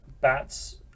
bats